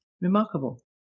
Remarkable